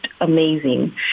amazing